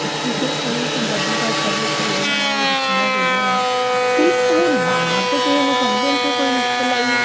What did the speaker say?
ਠੀਕ ਹੈ ਉਹ ਪੰਜਾਬੀ ਭਾਸ਼ਾ ਵਿੱਚ ਜਿਹੜੀਆਂ ਵਾ ਉਹ ਰਚੀਆਂ ਗਈਆਂ ਵਾ ਅਤੇ ਉਹ ਨਾ ਤਾਂ ਕਿਸੇ ਨੂੰ ਸਮਝਣ 'ਚ ਕੋਈ ਮੁਸ਼ਕਿਲ ਆਈ ਹੈ